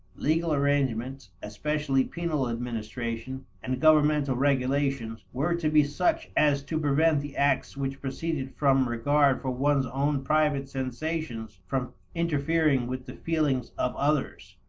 legal arrangements, especially penal administration, and governmental regulations, were to be such as to prevent the acts which proceeded from regard for one's own private sensations from interfering with the feelings of others.